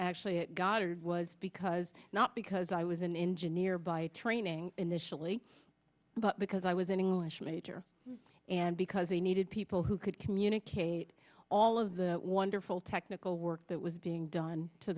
actually at goddard was because not because i was an engineer by training initially but because i was an english major and because they needed people who could communicate all of the wonderful technical work that was being done to